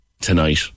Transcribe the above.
tonight